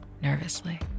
nervously